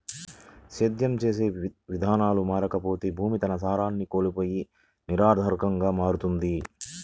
సేద్యం చేసే విధానాలు మారకపోతే భూమి తన సారాన్ని కోల్పోయి నిరర్థకంగా మారుతుంది